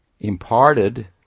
imparted